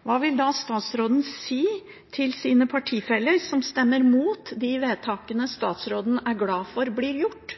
Hva vil da statsråden si til sine partifeller som stemmer imot de vedtakene statsråden er glad for blir gjort?